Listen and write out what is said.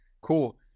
Cool